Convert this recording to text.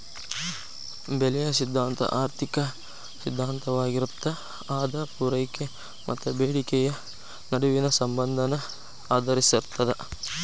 ಬೆಲೆಯ ಸಿದ್ಧಾಂತ ಆರ್ಥಿಕ ಸಿದ್ಧಾಂತವಾಗಿರತ್ತ ಅದ ಪೂರೈಕೆ ಮತ್ತ ಬೇಡಿಕೆಯ ನಡುವಿನ ಸಂಬಂಧನ ಆಧರಿಸಿರ್ತದ